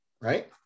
right